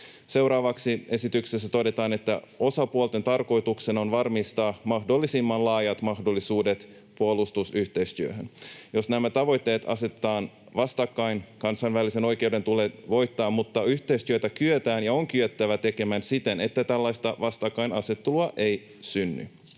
Seuraavaksi esityksessä todetaan, että osapuolten tarkoituksena on varmistaa mahdollisimman laajat mahdollisuudet puolustusyhteistyöhön. Jos nämä tavoitteet asetetaan vastakkain, kansainvälisen oikeuden tulee voittaa, mutta yhteistyötä kyetään ja on kyettävä tekemään siten, että tällaista vastakkainasettelua ei synny.